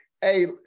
hey